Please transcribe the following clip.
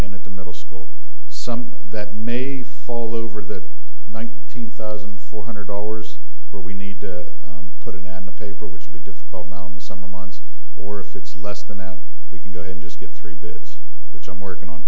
and at the middle school some that may fall over that nineteen thousand four hundred dollars where we need to put an ad in a paper which would be difficult now in the summer months or if it's less than that we can go and just get three bits which i'm working on